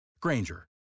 Granger